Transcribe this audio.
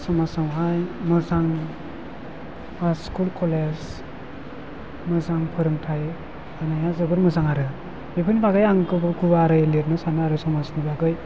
समाजाव हाय मोजां स्कुल कलेज मोजां फोरोंथाय होनाया जोबोत मोजां आरो बेफोरनि बागै आं गुवारै लिरनो सानो आरो समाजनि बागै